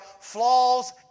Flaws